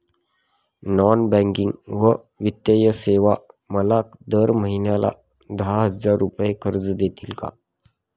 Non banking व वित्तीय सेवा मला दर महिन्याला दहा हजार रुपये कर्ज देतील का?